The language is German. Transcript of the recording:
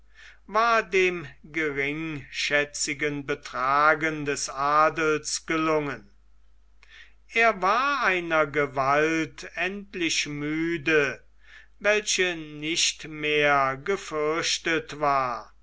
war dem geringschätzigen betragen des adels gelungen er war einer gewalt endlich müde welche nicht mehr gefürchtet war